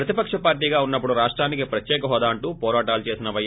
ప్రతిపక్ష పార్టీగా ఉన్నప్పుడు రాష్టానికి ప్రత్యేక హోదా అంటూ పోరాటాలు చేసిన పై